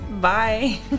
Bye